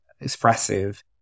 expressive